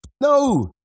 No